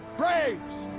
braves.